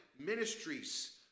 ministries